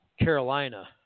Carolina